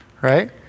right